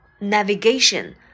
navigation